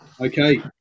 Okay